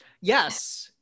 Yes